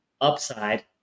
upside